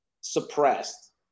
suppressed